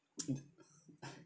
mm